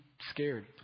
scared